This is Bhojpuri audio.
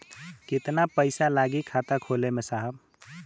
कितना पइसा लागि खाता खोले में साहब?